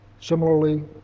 Similarly